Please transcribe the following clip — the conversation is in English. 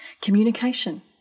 Communication